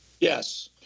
Yes